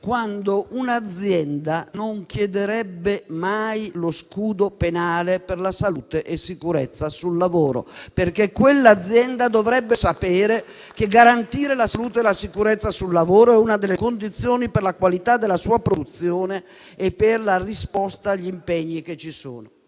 quando un'azienda non chiederà mai lo scudo penale per la salute e la sicurezza sul lavoro, perché quell'azienda dovrebbe sapere che garantire la salute e la sicurezza sul lavoro è una delle condizioni per la qualità della sua produzione e per la risposta agli impegni. Capisco